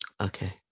okay